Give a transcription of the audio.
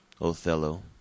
Othello